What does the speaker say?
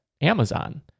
amazon